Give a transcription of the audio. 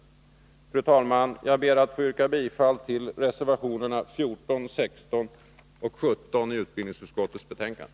Fru talman! Jag ber att få yrka bifall till reservationerna 14, 16 och 17 i utbildningsutskottets betänkande.